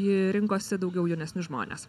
jie rinkosi daugiau jaunesnius žmones